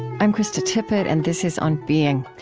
i'm krista tippett and this is on being.